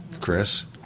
Chris